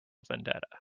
vendetta